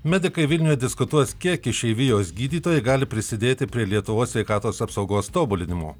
medikai vilniuje diskutuos kiek išeivijos gydytojai gali prisidėti prie lietuvos sveikatos apsaugos tobulinimo